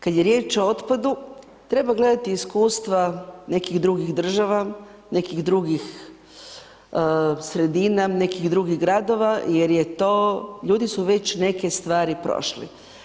Kad je riječ o otpadu, treba gledati iskustva nekih drugih država, nekih drugih sredina, nekih drugih gradova, jer je to, ljudi su već neke stvari prošli.